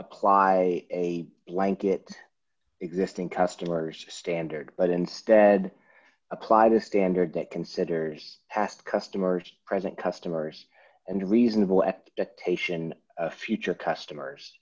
apply a blanket existing customers standard but instead applied a standard that considers past customers present customers and reasonable at taishan future customers